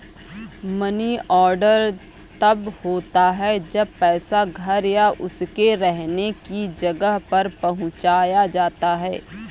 money order तब होता है जब पैसा घर या उसके रहने की जगह पर पहुंचाया जाता है